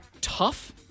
Tough